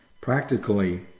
Practically